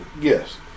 Yes